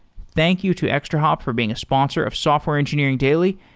thank you to extrahop for being a sponsor of software engineering daily,